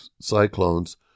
Cyclones